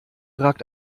ragt